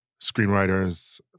screenwriters